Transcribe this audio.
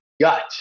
gut